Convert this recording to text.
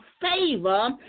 favor